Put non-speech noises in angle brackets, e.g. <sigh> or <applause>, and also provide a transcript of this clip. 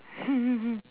<laughs>